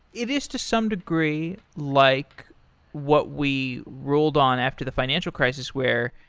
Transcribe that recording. it is to some degree like what we ruled on after the financial crisis where,